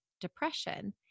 depression